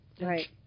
Right